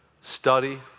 study